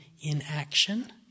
inaction